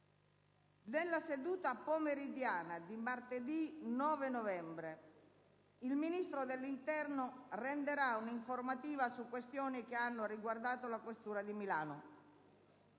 Nella seduta pomeridiana di martedì 9 novembre, il Ministro dell'interno renderà un'informativa su questioni che hanno riguardato la questura di Milano.